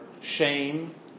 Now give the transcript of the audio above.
shame